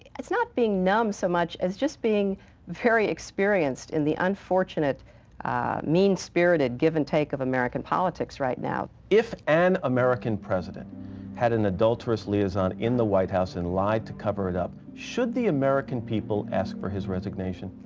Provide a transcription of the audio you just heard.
it's not being numb so much as just being very experienced in the unfortunate mean-spirited give and take of american politics right now. if an american president had an adulterous liaison in the white house and lied to cover it up, should the american people ask for his resignation?